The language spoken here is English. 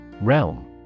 Realm